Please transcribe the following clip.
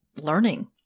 learning